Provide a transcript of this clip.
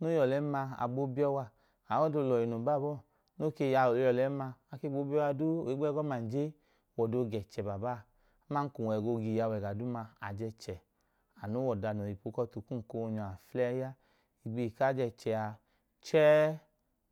No yọ ọlẹn ma, a gboo bi yọ wa. Aọda olọhi noo yọ ọlẹn ma, a gboo bi yọ wa. Ohigbu ẹgọma, ng je wẹ ọda ooga ẹchẹ abalọbanya, ng wẹ ọda ooga iyawu abaa baa, ajẹ ẹchẹ, anu wẹ ọda noo yọ ipu ọtu kum koo nyọ aflẹyi a. Igbihi ku ajẹ ẹchẹ a, chẹẹ